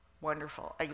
wonderful